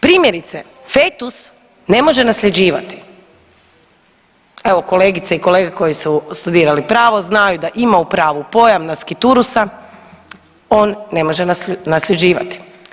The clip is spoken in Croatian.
Primjerice fetus ne može nasljeđivati, evo kolegice i kolege koji su studirali pravo znaju da ima u pravu pojam nasciturusa, on ne može nasljeđivati.